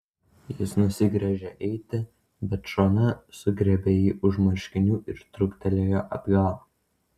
jis nusigręžė eiti bet šona sugriebė jį už marškinių ir trūktelėjo atgal